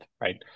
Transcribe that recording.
right